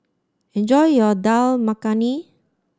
enjoy your Dal Makhani